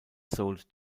sold